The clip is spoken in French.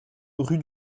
rue